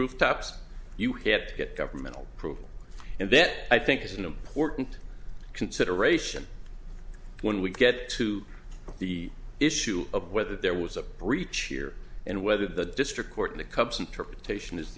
rooftops you have to get governmental proof and that i think is an important consideration when we get to the issue of whether there was a breach here and whether the district court the cubs interpretation is